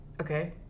Okay